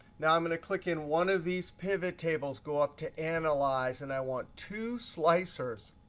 now i'm going to click in one of these pivot tables, go up to analyze, and i want two slicers.